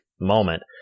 moment